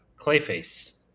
Clayface